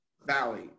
Valley